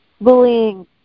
bullying